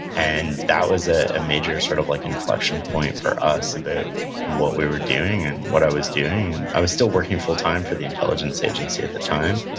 and that was a major sort of like and inflection point for us about what we were doing and what i was doing. i was still working full-time for the intelligence agency at the time,